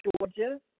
Georgia